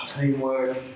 teamwork